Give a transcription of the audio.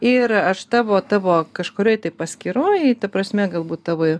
ir aš tavo tavo kažkurioj paskyroj ta prasme galbūt tavo